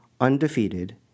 undefeated